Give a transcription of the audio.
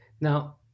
Now